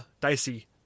dicey